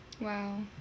Wow